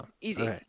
Easy